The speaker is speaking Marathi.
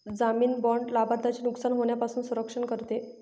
जामीन बाँड लाभार्थ्याचे नुकसान होण्यापासून संरक्षण करते